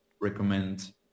recommend